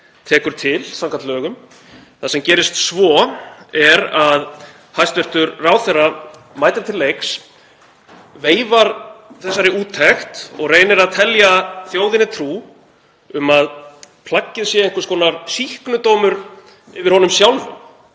lögum. Það sem gerist svo er að hæstv. ráðherra mætir til leiks, veifar þessari úttekt og reynir að telja þjóðinni trú um að plaggið sé einhvers konar sýknudómur yfir honum sjálfum,